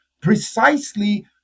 precisely